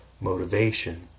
motivation